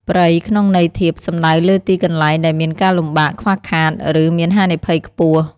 «ព្រៃ» ក្នុងន័យធៀប សំដៅលើទីកន្លែងដែលមានការលំបាក ខ្វះខាត ឬមានហានិភ័យខ្ពស់។